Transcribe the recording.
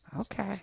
okay